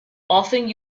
often